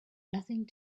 nothing